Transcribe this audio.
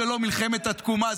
זה לא מלחמת התקומה,